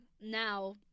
Now